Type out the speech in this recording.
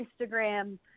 Instagram